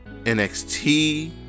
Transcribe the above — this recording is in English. NXT